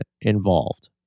involved